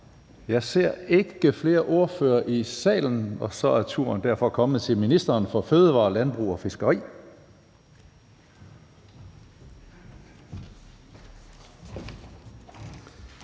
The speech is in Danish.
Jeg ser ikke flere ordførere i salen, og så er turen derfor kommet til ministeren for fødevarer, landbrug og fiskeri.